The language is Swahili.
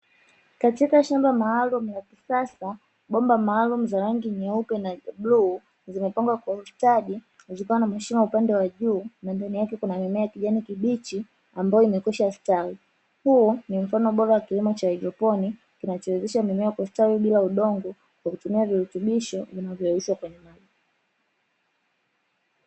Katika shamba maalumu la kisasa bomba maalumu za rangi nyeupe na bluu zimepangwa kwa ustadi; zikiwa na mashimo upande wa juu na pembeni yake kuna mimea ya kijani kibichi ambayo imekwisha stawi, huu ni mfano bora wa kilimo cha haidroponi kinachowezesha mmea kustawi bila udongo kwa kutumia virutubisho.